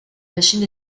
machine